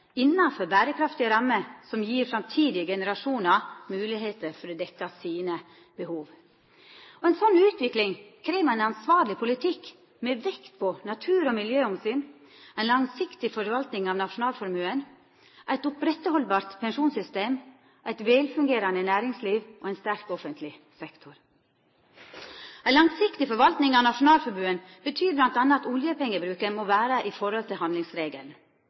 innanfor berekraftige rammer som gir framtidige generasjonar moglegheiter for å dekkja sine behov. Ei slik utvikling krev ein ansvarleg politikk med vekt på natur- og miljøomsyn, ei langsiktig forvalting av nasjonalformuen, eit oppretthaldbart pensjonssystem, eit velfungerande næringsliv og ein sterk offentleg sektor. Ei langsiktig forvalting av nasjonalformuen betyr bl.a. at oljepengebruken må vera i forhold til handlingsregelen.